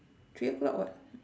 three o'clock [what]